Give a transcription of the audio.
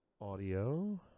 audio